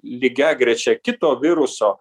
lygiagrečia kito viruso